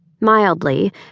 Mildly